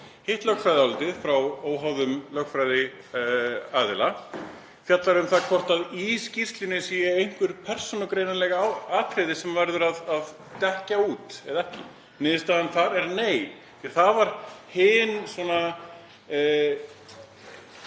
Hitt lögfræðiálitið er frá óháðum lögfræðiaðila og fjallar um það hvort í skýrslunni séu einhver persónugreinanleg atriði sem verður að dekkja eða ekki. Niðurstaðan þar er nei, en það var hitt